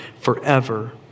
forever